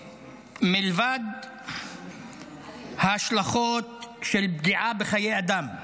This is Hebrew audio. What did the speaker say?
מלבד ההשלכות של פגיעה בחיי אדם,